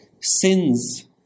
Sins